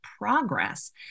Progress